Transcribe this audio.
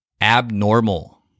Abnormal